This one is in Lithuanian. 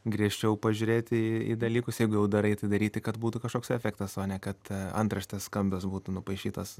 griežčiau pažiūrėti į į dalykus jeigu jau darai tai daryti kad būtų kažkoks efektas o ne kad antraštės skambios būtų nupaišytos